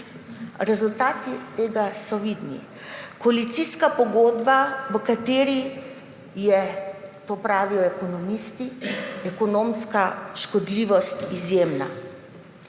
Rezultati tega so vidni – koalicijska pogodba, v kateri je, to pravijo ekonomisti, ekonomska škodljivost izjemna.